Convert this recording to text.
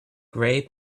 gray